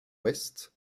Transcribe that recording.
west